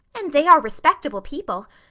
and they are respectable people.